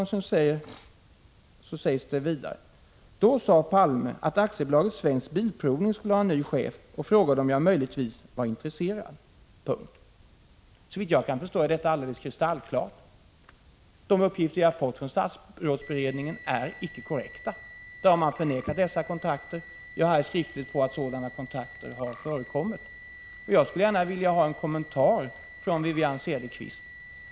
Brevet fortsätter: ”Då sade Palme att AB Svensk Bilprovning skulle ha ny chef och frågade om jag möjligen var intresserad.” Såvitt jag kan förstå är detta alldeles kristallklart. De uppgifter jag har fått från statsrådsberedningen är icke korrekta. Stadsrådsberedningen har förnekat dessa kontakter. Jag har ett brev där det framgår att sådana kontakter har förekommit. Jag skulle gärna vilja ha en kommentar från Wivi-Anne Cederqvist.